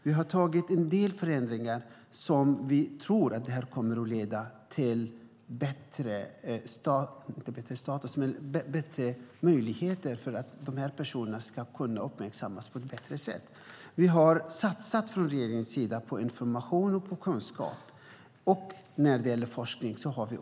Vi inför en del förändringar som vi tror kommer att leda till att dessa personer ska uppmärksammas på ett bättre sätt. Regeringen har satsat på information, kunskap och forskning.